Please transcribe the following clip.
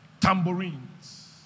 tambourines